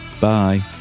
Bye